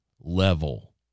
level